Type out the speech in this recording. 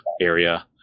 area